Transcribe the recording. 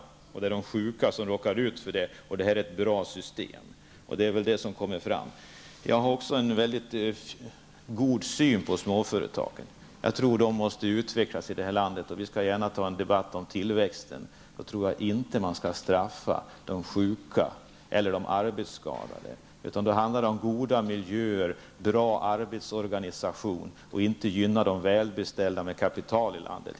Man befarar att det är de sjuka som råkar illa ut i och med detta, som man säger, goda system. Det är väl vad som kommer fram här. Jag vill framhålla att också jag ser mycket positivt på småföretagen. Också jag tror alltså att småföretagen i vårt land måste utvecklas. Vi är gärna med i en debatt om tillväxten. Jag tror inte att de sjuka eller de arbetsskadade skall straffas. I stället handlar det om att skapa goda miljöer och en bra arbetsorganisation. Det handlar alltså inte om att gynna de redan välbeställda i vårt land och att förse dem med kapital.